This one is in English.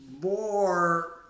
more